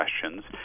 questions